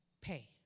pay